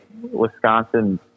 Wisconsin